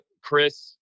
Chris